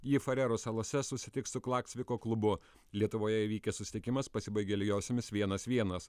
ji farerų salose susitiks su klaksviko klubu lietuvoje įvykęs susitikimas pasibaigė lygiosiomis vienas vienas